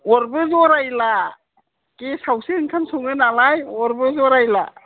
अरबो जरायला गेसावसो ओंखाम सङो नालाय अरबो जरायला